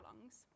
lungs